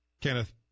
Kenneth